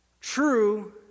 true